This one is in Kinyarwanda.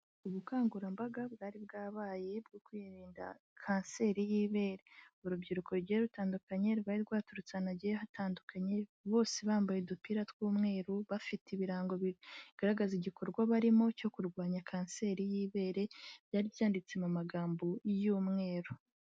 Ubukangurambaga bwari bwabaye bwo kwirinda kanseri y'ibere, urubyiruko rugiye rutandukanye rwari rwaturutse ahantu hagiye hatandukanye bose bambaye udupira tw'umweru bafite ibirango bigaragaza igikorwa barimo cyo kurwanya kanseri y'ibere rya byanditse mu amagambo y'umweru.